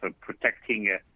protecting